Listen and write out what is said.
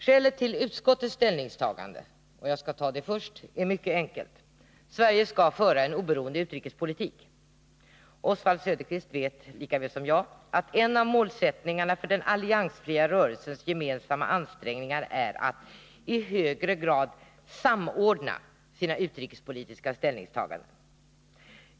Skälet till utskottets ställningstagande är mycket enkelt: Sverige skall föra en oberoende utrikespolitik. Oswald Söderqvist vet lika väl som jag att en av målsättningarna för den alliansfria rörelsens gemensamma ansträngningar är att i högre grad samordna sina utrikespolitiska ställningstaganden.